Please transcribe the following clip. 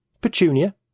petunia